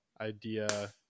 idea